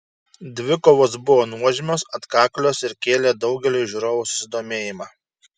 dvikovos buvo nuožmios atkaklios ir kėlė daugeliui žiūrovų susidomėjimą